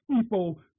people